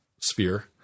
sphere